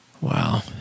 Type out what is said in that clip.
Wow